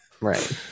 Right